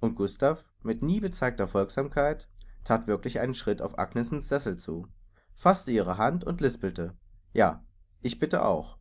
und gustav mit nie bezeigter folgsamkeit that wirklich einen schritt auf agnesens sessel zu faßte ihre hand und lispelte ja ich bitte auch